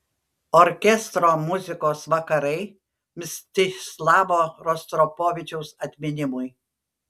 orkestro muzikos vakarai mstislavo rostropovičiaus atminimui